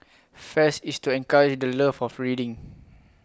fest is to encourage the love for of reading